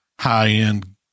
high-end